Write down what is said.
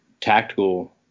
tactical